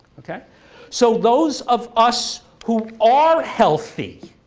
okay so those of us who are healthy,